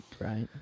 Right